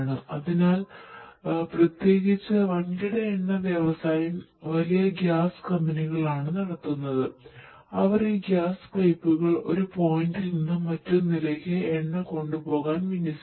അതിനാൽ പ്രത്യേകിച്ച് വൻകിട എണ്ണ വ്യവസായം വലിയ ഗ്യാസ് കമ്പനികളാണ് നടത്തുന്നത് അവർ ഈ ഗ്യാസ് പൈപ്പുകൾ ഒരു പോയിന്റിൽ നിന്ന് മറ്റൊന്നിലേക്ക് എണ്ണ കൊണ്ടുപോകാൻ വിന്യസിക്കുന്നു